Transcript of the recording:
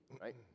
right